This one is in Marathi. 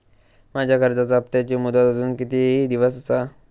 माझ्या कर्जाचा हप्ताची मुदत अजून किती दिवस असा?